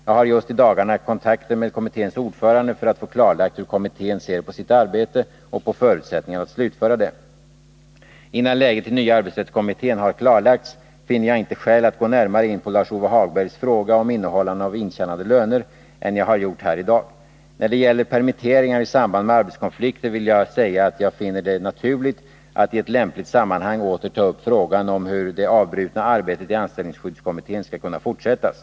Jag har just i dagarna kontakter med kommitténs ordförande för att få klarlagt hur kommittén ser på sitt arbete och på förutsättningarna att slutföra det. Innan läget i nya arbetsrättskommittén har klarlagts finner jag inte skäl att gå närmare in på Lars-Ove Hagbergs fråga om innehållande av intjänade löner än jag har gjort här i dag. När det gäller permitteringar i samband med arbetskonflikter vill jag säga att jag finner det naturligt att i ett lämpligt sammanhang åter ta upp frågan om hur det avbrutna arbetet i anställningsskyddskommittén skall kunna fortsättas.